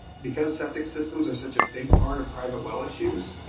because septic systems are such a big part of private well issues,